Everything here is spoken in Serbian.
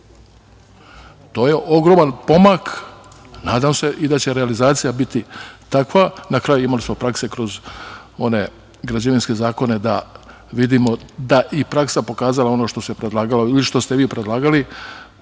To je ogroman pomak, nadam se da će i realizacija biti takva. Na kraju, imali smo prakse kroz one građevinske zakone da vidimo da je i praksa pokazala ono što se predlagalo